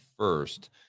First